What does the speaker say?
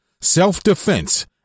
self-defense